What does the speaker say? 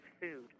food